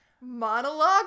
monologue